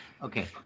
Okay